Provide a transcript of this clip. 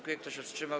Kto się wstrzymał?